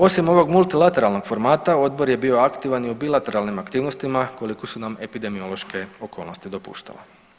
Osim ovog multilateralnog formata odbor je bio aktivan i u bilateralnim aktivnostima koliko su nam epidemiološke okolnosti dopuštale.